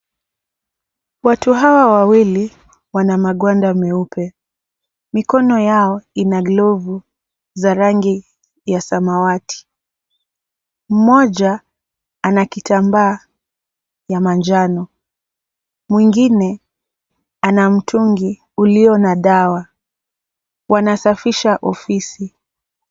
Watu hawa wawili wana magwanda meupe. Mikono yao ina glovu za rangi ya samawati. Mmoja ana kitambaa ya manjano, mwingine ana mtungi uliona dawa. Wanasafisha ofisi.